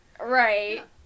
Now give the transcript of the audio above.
right